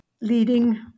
leading